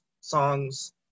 songs